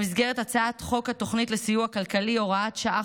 במסגרת הצעת חוק התוכנית לסיוע כלכלי (הוראת שעה,